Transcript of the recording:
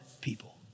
people